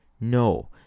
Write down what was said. no